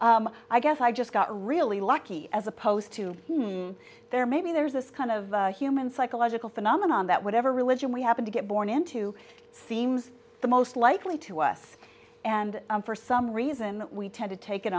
wow i guess i just got really lucky as opposed to there maybe there's a scan of human psychological phenomenon that whatever religion we happen to get born into seems the most likely to us and for some reason we tend to take it